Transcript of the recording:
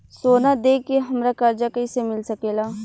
सोना दे के हमरा कर्जा कईसे मिल सकेला?